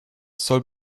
soll